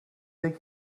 they